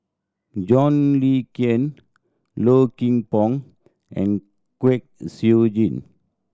John Le Cain Low Kim Pong and Kwek Siew Jin